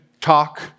talk